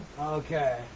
Okay